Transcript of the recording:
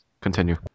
Continue